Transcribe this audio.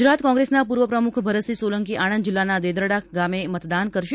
ગુજરાત કોંગ્રેસના પૂર્વ પ્રમુખ ભરતસિંહ સોલંકી આણંદ જિલ્લાના દેદરડા ગામે મતદાન કરશે